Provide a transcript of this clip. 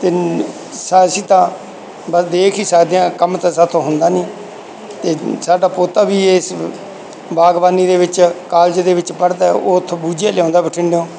ਅਤੇ ਸ ਅਸੀਂ ਤਾਂ ਬਸ ਦੇਖ ਹੀ ਸਕਦੇ ਹਾਂ ਕੰਮ ਤਾਂ ਸਾਡੇ ਤੋਂ ਹੁੰਦਾ ਨਹੀਂ ਅਤੇ ਸਾਡਾ ਪੋਤਾ ਵੀ ਇਸ ਬਾਗਬਾਨੀ ਦੇ ਵਿੱਚ ਕਾਲਜ ਦੇ ਵਿੱਚ ਪੜ੍ਹਦਾ ਉਹ ਉੱਥੋਂ ਬੂਝੇ ਲਿਆਉਂਦਾ ਬਠਿੰਡਿਓ